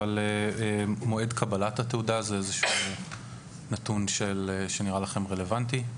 אבל מועד קבלת התעודה הוא נתון שנראה לכם רלוונטי?